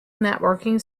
networking